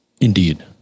Indeed